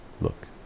look